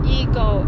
ego